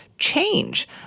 change